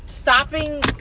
Stopping